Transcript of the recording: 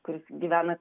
kuris gyvena